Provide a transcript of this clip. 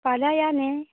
फाल्यां या न्ही